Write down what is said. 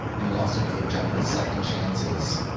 and he also gave generals second chances.